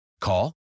Call